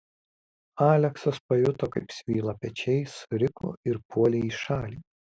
aleksas pajuto kaip svyla pečiai suriko ir puolė į šalį